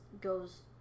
goes